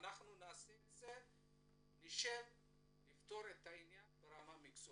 נשב ונפתור את העניין ברמה המקצועית.